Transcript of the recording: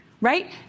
Right